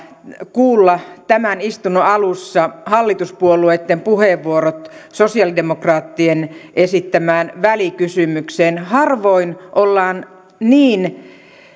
kuulla tämän istunnon alussa hallituspuolueitten puheenvuorot sosialidemokraattien esittämään välikysymykseen harvoin ollaan niin